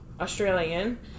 Australian